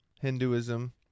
Hinduism